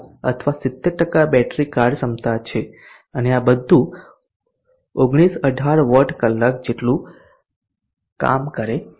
7 અથવા 70 બેટરી કાર્યક્ષમતા છે અને આ બધું 1918 વોટ કલાક જેટલું કામ કરે છે